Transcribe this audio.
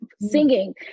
Singing